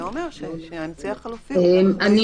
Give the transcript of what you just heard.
שאומר שהאמצעי החלופי הוא באחריות --- אני